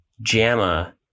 JAMA